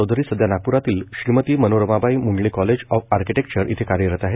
चौधरी नागप्रातील Shrimati Manoramabai Mundle college of architecture इथे कार्यरत आहेत